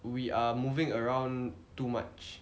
we are moving around too much